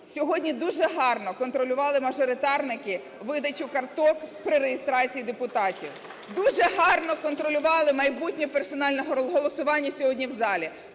Сьогодні дуже гарно контролювали мажоритарники видачу карток при реєстрації депутатів, дуже гарно контролювали майбутнє персональне голосування сьогодні в залі.